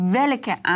welke